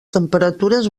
temperatures